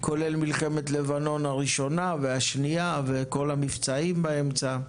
כולל מלחמת לבנון הראשונה והשנייה וכל המבצעים באמצע,